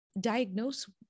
diagnose